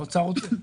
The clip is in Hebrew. משרד האוצר רוצה.